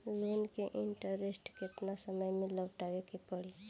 Loan के interest केतना समय में लौटावे के पड़ी?